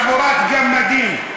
חבורת גמדים.